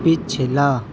پچھلا